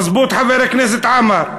מזבוט, חבר הכנסת עמאר?